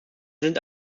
sind